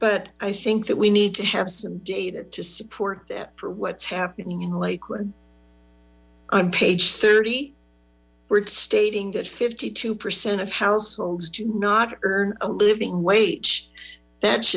but i think that we need to have some data to support that for what's happening in lakewood on page thirty we're stating that fifty two percent of households do not earn a living wage that